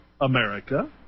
America